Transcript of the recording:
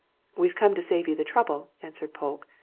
we've come to save you the trouble, answered polke.